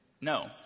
No